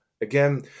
Again